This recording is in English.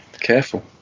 careful